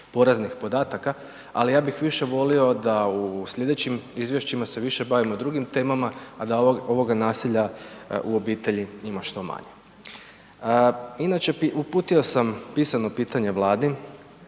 Ali ja bih više volio da u sljedećim izvješćima se više bavimo drugim temama a da ovoga nasilja u obitelji ima što manje. Inače uputio sam pisano pitanje Vladi